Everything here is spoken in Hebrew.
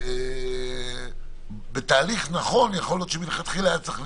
היה לה